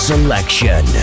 Selection